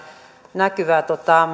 näkyvään